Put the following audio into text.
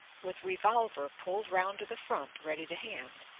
with revolver pulled round to the front ready to hand,